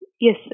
yes